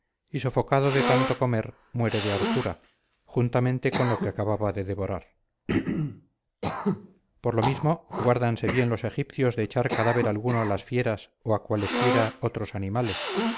y sofocado de tanto comer muere de hartura juntamente con lo que acaba de devorar por lo mismo guárdanse bien los egipcios de echar cadáver alguno a las fieras o a cualesquiera otros animales